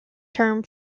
term